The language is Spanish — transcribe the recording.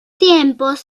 tiempos